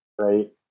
right